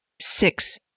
six